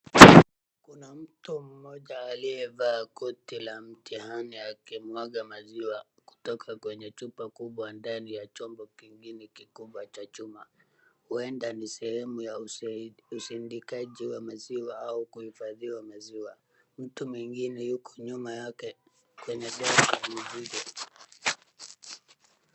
Kuna mtu mmoja aliyevaa koti la mtihani akimwaga maziwa kutoka kwenye chupa kubwa ndani ya chombo kingine kikubwa cha chuma. Huenda ni sehemu ya usindikaji wa maziwa au kuhifadhiwa maziwa. Mtu mwingine ako nyuma yake kwenye gari la mizigo.